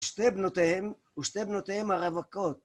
שתי בנותיהם, ושתי בנותיהם הרווקות.